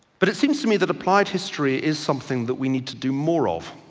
but it seems to me that applied history is something that we need to do more of,